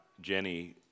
Jenny